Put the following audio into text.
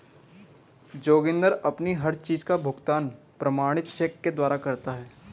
जोगिंदर अपनी हर चीज का भुगतान प्रमाणित चेक द्वारा करता है